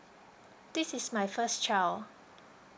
this is my first child